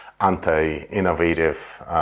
anti-innovative